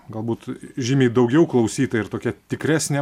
galbūt žymiai daugiau klausyta ir tokia tikresnė